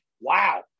Wow